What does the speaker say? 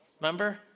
Remember